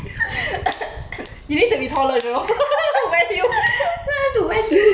you know I want to wear heels yo